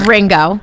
Ringo